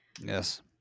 yes